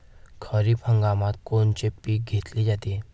खरिप हंगामात कोनचे पिकं घेतले जाते?